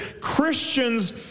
Christians